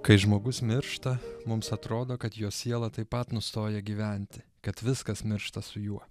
kai žmogus miršta mums atrodo kad jo siela taip pat nustoja gyventi kad viskas miršta su juo